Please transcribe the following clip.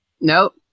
Nope